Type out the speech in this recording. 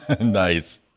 Nice